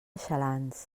xalans